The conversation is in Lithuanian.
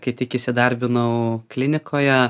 kai tik įsidarbinau klinikoje